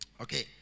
Okay